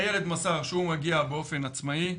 הילד מסר שהוא מגיע באופן עצמאי,